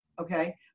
Okay